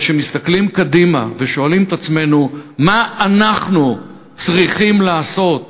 אבל כשאנחנו מסתכלים קדימה ושואלים את עצמנו מה אנחנו צריכים לעשות